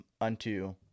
unto